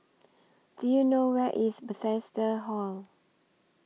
Do YOU know Where IS Bethesda Hall